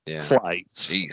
flights